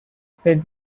said